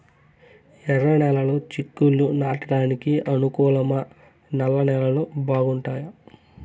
ఎర్రనేలలు చిక్కుళ్లు నాటడానికి అనుకూలమా నల్ల నేలలు బాగుంటాయా